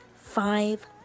five